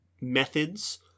methods